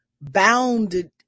bounded